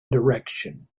direction